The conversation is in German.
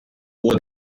oder